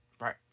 Right